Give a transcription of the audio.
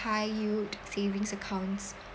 high yield savings accounts